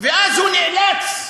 ואז הוא נאלץ,